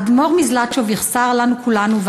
האדמו"ר מזלאטשוב יחסר לנו כולנו,